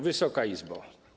Wysoka Izbo!